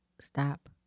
stop